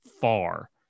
far